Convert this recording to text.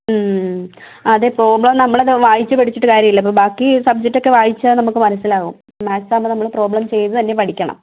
അതെ പ്രോബ്ലം നമ്മൾ ഇപ്പോൾ വായിച്ച് പഠിച്ചിട്ട് കാര്യമില്ല ബാക്കി സബ്ജക്റ്റ് ഒക്കെ വായിച്ചാൽ നമുക്ക് മനസ്സിലാകും മാത്സ് ആകുമ്പോൾ നമ്മൾ പ്രോബ്ലം ചെയ്ത് തന്നെ പഠിക്കണം